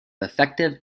effective